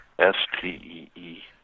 S-T-E-E